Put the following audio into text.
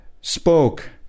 spoke